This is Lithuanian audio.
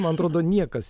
man atrodo niekas